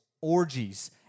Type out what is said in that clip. orgies